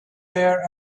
air